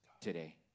today